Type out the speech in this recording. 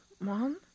Mom